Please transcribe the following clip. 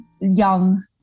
young